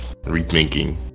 rethinking